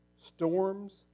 Storms